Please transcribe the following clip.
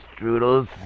strudels